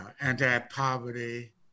anti-poverty